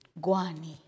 Guani